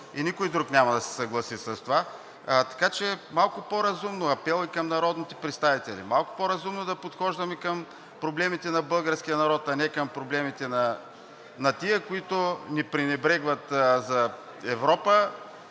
и никой друг няма да се съгласи с това, така че малко по-разумно. Апел и към народните представители: малко по-разумно да подхождаме към проблемите на българския народ, а не към проблемите на тези, които ни пренебрегват за Европа,